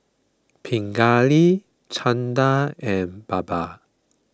Pingali Chanda and Baba